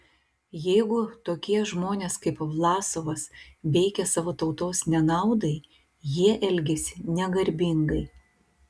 jeigu tokie žmonės kaip vlasovas veikia savo tautos nenaudai jie elgiasi negarbingai